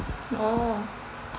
oh